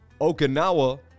Okinawa